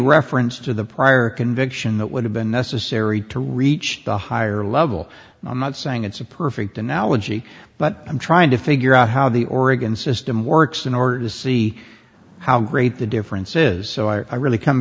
reference to the prior conviction that would have been necessary to reach a higher level i'm not saying it's a perfect analogy but i'm trying to figure out how the oregon system works in order to see how great the difference is so i really come